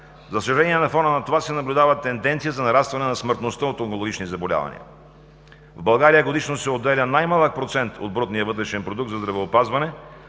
За съжаление, на фона на това се наблюдава тенденция за нарастване на смъртността от онкологични заболявания. В България годишно се отделя най-малък процент от брутния вътрешен продукт за здравеопазване,